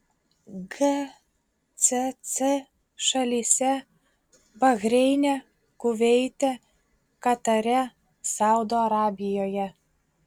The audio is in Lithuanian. gcc šalyse bahreine kuveite katare saudo arabijoje